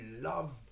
love